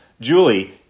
Julie